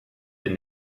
den